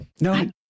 No